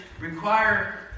require